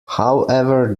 however